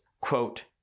Quote